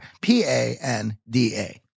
P-A-N-D-A